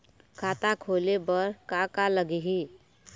खाता खोले बर का का लगही?